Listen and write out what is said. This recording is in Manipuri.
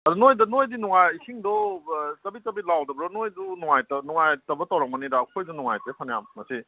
ꯑꯗꯨ ꯅꯣꯏꯗꯤ ꯅꯨꯡꯉꯥꯏ ꯏꯁꯤꯡꯗꯣ ꯆꯕꯤꯠ ꯆꯕꯤꯠ ꯂꯥꯎꯗꯕ꯭ꯔꯣ ꯅꯣꯏꯗꯨ ꯅꯨꯡꯉꯥꯏꯇꯕ ꯇꯧꯔꯝꯒꯅꯤꯗ ꯑꯩꯈꯣꯏꯁꯨ ꯅꯨꯡꯉꯥꯏꯇ꯭ꯔꯦ ꯐꯅꯌꯥꯝ ꯃꯁꯤ